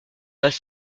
pas